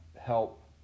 help